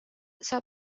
saab